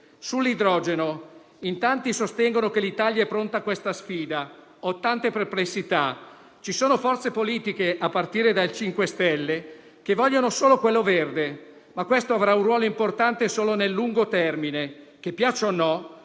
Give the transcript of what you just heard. Sull'idrogeno, in tanti sostengono che l'Italia sia pronta a questa sfida. Io ho tante perplessità. Ci sono forze politiche, a partire dai 5 Stelle, che vogliono solo quello verde, ma questo avrà un ruolo importante solo nel lungo termine. Che piaccia o no,